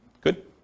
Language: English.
Good